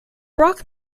rock